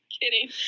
kidding